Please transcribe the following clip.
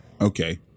Okay